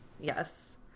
yes